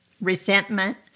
resentment